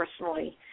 personally